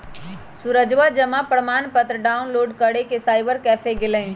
सूरजवा जमा प्रमाण पत्र डाउनलोड करे साइबर कैफे गैलय